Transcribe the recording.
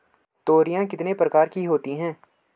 तोरियां कितने प्रकार की होती हैं?